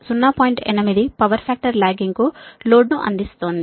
8 power factor lagging కు లోడ్ను అందిస్తోంది